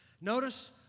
Notice